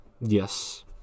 Yes